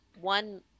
one